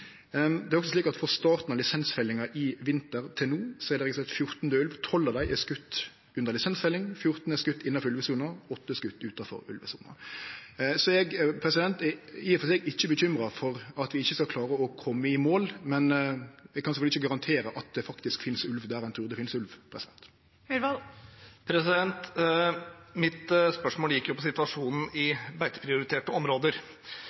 Det er også slik at frå starten av lisensfellinga i vinter til no er det registrert 14 døde ulvar. 12 av dei er skotne under lisensfelling, 14 er skotne innanfor ulvesona, 8 er skotne utanfor ulvesona. Så eg er i og for seg ikkje bekymra for at vi ikkje skal klare å kome i mål, men vi kan sjølvsagt ikkje garantere at det faktisk finst ulv der ein trur det finst ulv. Mitt spørsmål gikk på situasjonen